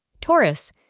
Taurus